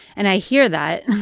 and i hear that.